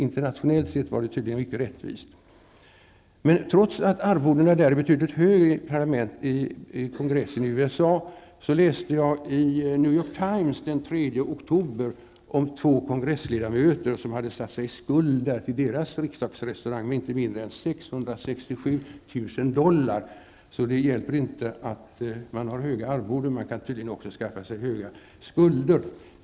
Internationellt sett är det tydligen rättvist. Arvodena är alltså betydligt högre i kongressen i USA, men jag läste i New York Times den 3 667 000 dollar. Det hjälper alltså inte att man har höga arvoden -- man kan tydligen också skaffa sig stora skulder.